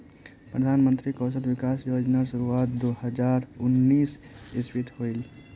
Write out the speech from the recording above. प्रधानमंत्री कौशल विकाश योज्नार शुरुआत दो हज़ार उन्नीस इस्वित होहिल